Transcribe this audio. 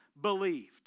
believed